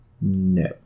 No